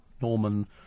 Norman